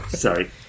Sorry